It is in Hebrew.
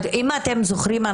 אם אתם זוכרים,